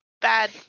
bad